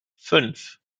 fünf